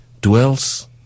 dwells